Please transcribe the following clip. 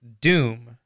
Doom